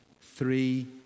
three